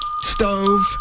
stove